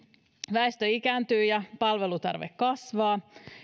väestö ikääntyy ja palvelutarve kasvaa